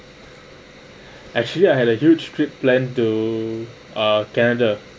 actually I had a huge trip plan to uh canada